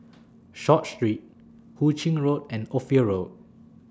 Short Street Hu Ching Road and Ophir Road